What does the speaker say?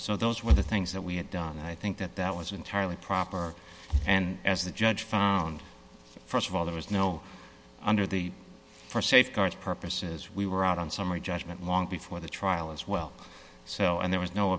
so those were the things that we had done and i think that that was entirely proper and as the judge found st of all there was no under the st safeguards purposes we were out on summary judgment long before the trial as well so and there was no